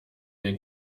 den